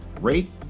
rate